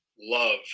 love